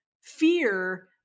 fear